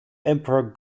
emperor